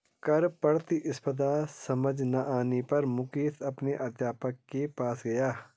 कर प्रतिस्पर्धा समझ ना आने पर मुकेश अपने अध्यापक के पास गया